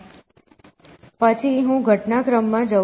પછી હું ઘટનાચક્રમાં જઉં છું